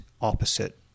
opposite